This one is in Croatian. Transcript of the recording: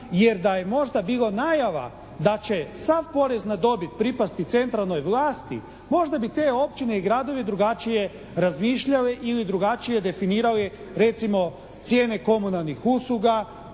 Jer da je možda bilo najava da će sav porezni na dobit pripasti centralnoj vlasti, možda bi te općine i gradovi drugačije razmišljali ili drugačije definirali recimo cijene komunalnih usluga,